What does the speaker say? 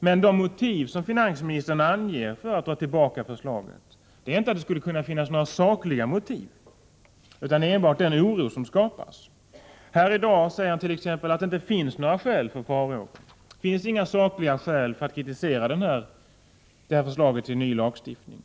Men de motiv som finansministern anger för att dra tillbaka förslaget är inte att det skulle finnas några sakliga skäl, utan enbart den oro som skapas. Här i dag säger finansministern t.ex. att det inte finns några skäl för farhågor — det finns inga sakliga skäl för att kritisera det här förslaget till ny lagstiftning.